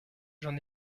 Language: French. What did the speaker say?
j’en